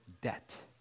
debt